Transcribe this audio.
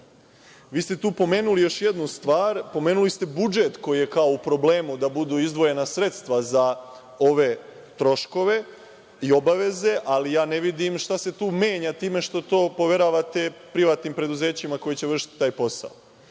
ste tu pomenuli još jednu stvar – budžet, koji je, kao, u problemu da budu izdvojena sredstva za ove troškove i obaveze, ali ja ne vidim šta se tu menja time što to poveravate privatnim preduzećima koji će vršiti taj posao?